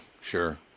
sure